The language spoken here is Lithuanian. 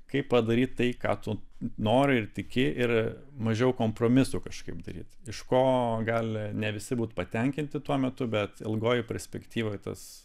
kaip padaryt tai ką tu nori ir tiki ir mažiau kompromisų kažkaip daryt iš ko gali ne visi būt patenkinti tuo metu bet ilgojoj perspektyvoj tas